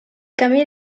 canvi